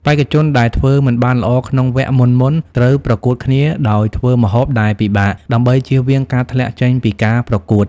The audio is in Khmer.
បេក្ខជនដែលធ្វើមិនបានល្អក្នុងវគ្គមុនៗ ត្រូវប្រកួតគ្នាដោយធ្វើម្ហូបដែលពិបាក ដើម្បីជៀសវាងការធ្លាក់ចេញពីការប្រកួត